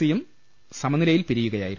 C യും സമനിലയിൽ പിരി യുകയായിരുന്നു